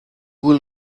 will